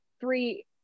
three